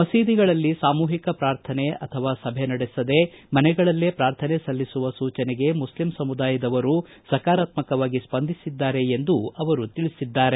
ಮಸೀದಿಗಳಲ್ಲಿ ಸಾಮೂಹಿಕ ಪ್ರಾರ್ಥನೆ ಅಥವಾ ಸಭೆ ನಡೆಸದೆ ಮನೆಗಳಲ್ಲೇ ಪ್ರಾರ್ಥನೆ ಸಲ್ಲಿಸುವ ಸೂಚನೆಗೆ ಮುಸ್ಲಿಂ ಸಮುದಾಯದವರು ಸಕಾರಾತ್ಮಕವಾಗಿ ಸ್ವಂದಿಸಿದ್ದಾರೆ ಎಂದು ಅವರು ತಿಳಿಸಿದ್ದಾರೆ